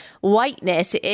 whiteness